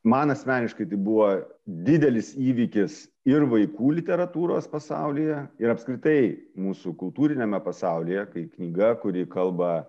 man asmeniškai tai buvo didelis įvykis ir vaikų literatūros pasaulyje ir apskritai mūsų kultūriniame pasaulyje kai knyga kuri kalba